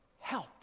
help